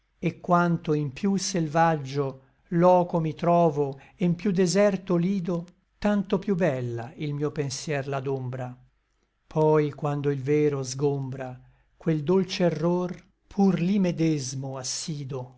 et quanto in piú selvaggio loco mi trovo e n piú deserto lido tanto piú bella il mio pensier l'adombra poi quando il vero sgombra quel dolce error pur lí medesmo assido